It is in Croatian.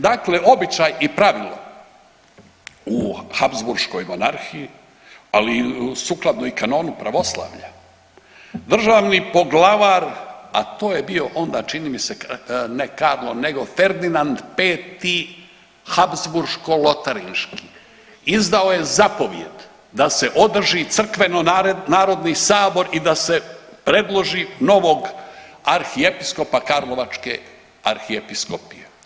Dakle, običaj i pravilo u Habsburškoj monarhiji ali i sukladno kanonu pravoslavlja, državni poglavar, a to je bio onda čini mi se ne Karlo nego Ferdinand V. Habsburško-lotarinški izdao je zapovijed da se održi crkveni narodni sabor i da se predloži novog arhiepiskopa karlovačke arhiepiskopije.